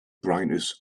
brightness